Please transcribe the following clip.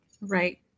Right